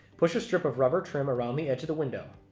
push a strip of rubber trim around the edge of the window